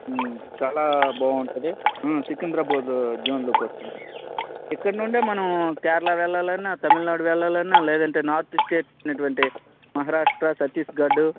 చాలా బాగుంటుంది సికింద్రాబాద్ జోన్ లోకి వస్తుంది ఇక్కడ నుండే మనం కేరళ వెళ్లాలన్నా తమిళనాడు వెళ్లాలన్నా లేదంటే నార్త్ స్టేట్ అటువంటి మహారాష్ట్ర ఛత్తీస్ఘడ్